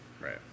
Right